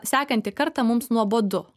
sekantį kartą mums nuobodu